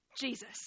Jesus